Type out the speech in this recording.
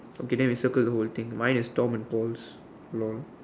okay then we circle the whole thing mine is Tom and Paul's lol